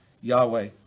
Yahweh